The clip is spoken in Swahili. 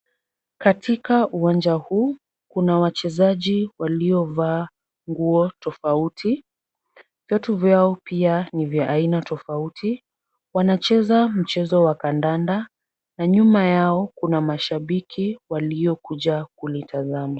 Katika uwanja huu, kuna wachezaji waliovaa nguo tofauti. Viatu vyao pia ni vya aina tofauti. Wanacheza mchezo wa kandanda na nyuma yao kuna mashabiki waliokuja kulitazama.